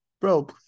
bro